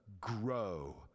grow